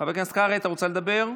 חבר הכנסת קרעי, אתה רוצה לדבר?